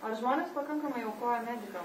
ar žmonės pakankamai aukoja medikam